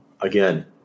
again